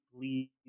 please